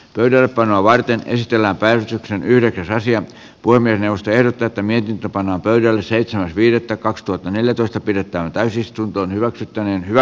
pöydällepanoa varten yhtiöllä päivystyksen yhden rasia poimi auster teettämien hinta pannaan pöydälle seitsemäs viidettä kaksituhattaneljätoista pidettävään täysistuntoon hyväksytty niin hyvä